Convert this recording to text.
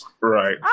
right